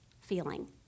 feeling